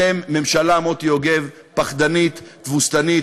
אתם ממשלה, מוטי יוגב, פחדנית, תבוסנית.